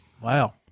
Wow